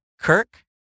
Kirk